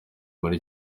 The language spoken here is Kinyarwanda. muri